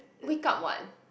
wake up what